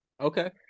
Okay